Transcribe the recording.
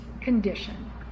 condition